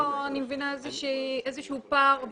אני מבינה שיש כאן איזשהו פער.